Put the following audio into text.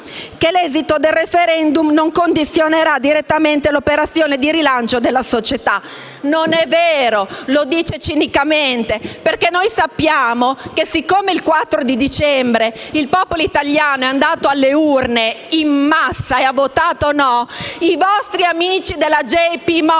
che l'esito del *referendum* non avrebbe condizionato direttamente l'operazione di rilancio della società. Non è vero. Lo diceva cinicamente. Infatti noi sappiamo che, siccome il 4 dicembre il popolo italiano è andato alle urne in massa e ha votato no, i vostri amici della JP